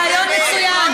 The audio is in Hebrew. רעיון מצוין,